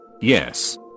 yes